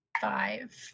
Five